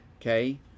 Okay